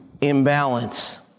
imbalance